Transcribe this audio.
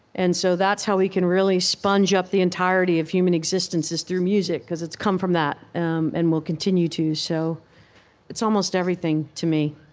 and so that's how we can really sponge up the entirety of human existence, is through music, because it's come from that um and will continue to. so it's almost everything to me